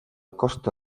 costa